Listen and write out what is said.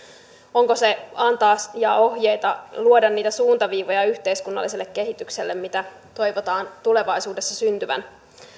onko se antaa ohjeita ja luoda niitä suuntaviivoja yhteiskunnalliselle kehitykselle mitä toivotaan tulevaisuudessa syntyvän